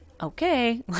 Okay